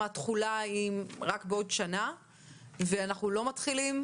התחילה היא רק בעוד שנה ואנחנו לא מתחילים